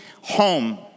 home